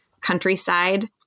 countryside